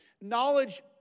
Knowledge